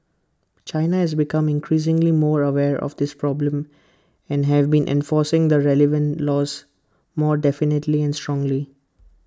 China has become increasingly more aware of this problem and have been enforcing the relevant laws more definitely and strongly